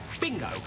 Bingo